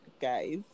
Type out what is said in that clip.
Guys